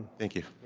thank you.